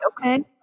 Okay